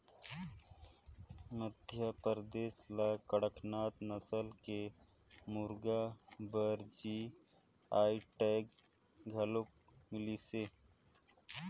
मध्यपरदेस ल कड़कनाथ नसल के मुरगा बर जी.आई टैग घलोक मिलिसे